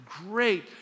great